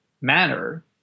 manner